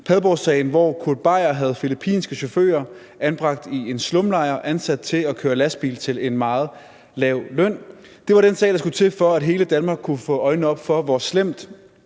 Padborgsagen, hvor Kurt Beier havde filippinske chauffører, der var anbragt i en slumlejr, ansat til at køre lastbil til en meget lav løn. Det var den sag, der skulle til, for at hele Danmark kunne få øjnene op for, hvor slemt